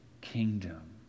kingdom